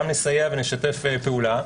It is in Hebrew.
לסייע ולשתף פעולה.